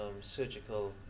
surgical